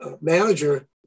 manager